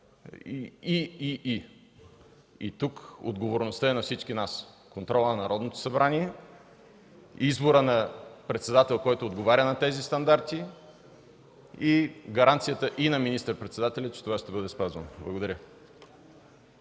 Тук отговорността е на всички нас – контрола на Народното събрание, избора на председател, който отговаря на тези стандарти, и гаранцията и на министър-председателя, че това ще бъде спазвано. Благодаря.